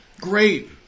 Great